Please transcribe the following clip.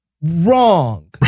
wrong